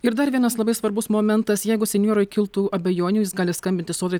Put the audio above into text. ir dar vienas labai svarbus momentas jeigu senjorui kiltų abejonių jis gali skambinti sodrai